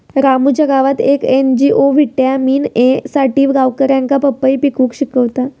रामूच्या गावात येक एन.जी.ओ व्हिटॅमिन ए साठी गावकऱ्यांका पपई पिकवूक शिकवता